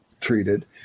treated